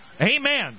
Amen